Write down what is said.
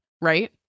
right